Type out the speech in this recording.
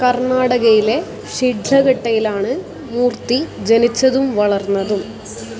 കർണാടകയിലെ ഷിഡ്ലഘട്ടയിലാണ് മൂർത്തി ജനിച്ചതും വളർന്നതും